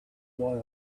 why